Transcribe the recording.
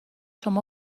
شما